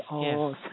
yes